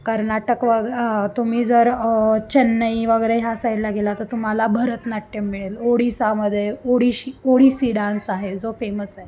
कर्नाटक वग तुम्ही जर चेन्नई वगैरे ह्या साईडला गेला तर तुम्हाला भरतनाट्यम मिळेल ओडिसामध्ये ओडिशी ओडिसी डान्स आहे जो फेमस आहे